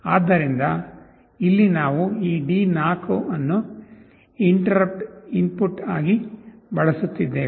ಆದ್ದರಿಂದ ಇಲ್ಲಿ ನಾವು ಈ D4 ಅನ್ನು ಇಂಟರಪ್ಟ್ ಇನ್ಪುಟ್ ಆಗಿ ಬಳಸುತ್ತಿದ್ದೇವೆ